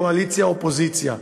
קואליציה אופוזיציה.